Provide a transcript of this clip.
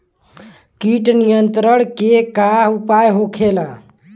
कीट नियंत्रण के का उपाय होखेला?